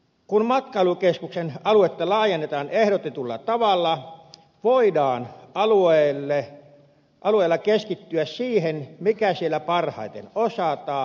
kun matkailukeskuksen aluetta laajennetaan ehdotetulla tavalla voidaan alueella keskittyä siihen mikä siellä parhaiten osataan